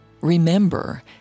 Remember